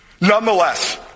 Nonetheless